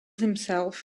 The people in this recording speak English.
himself